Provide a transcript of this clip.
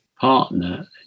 partner